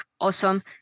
awesome